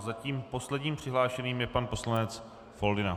Zatím posledním přihlášeným je pan poslanec Foldyna.